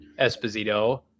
esposito